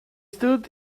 stood